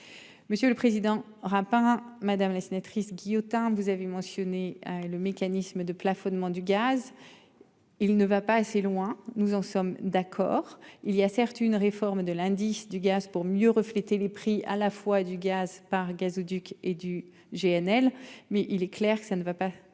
Monsieur le président aura pas madame la sénatrice Guillotin, vous avez mentionné le mécanisme de plafonnement du gaz. Il ne va pas assez loin. Nous en sommes d'accord. Il y a certes une réforme de l'indice du gaz pour mieux refléter les prix à la fois du gaz par gazoduc et du GNL. Mais il est clair que ça ne va pas